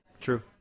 True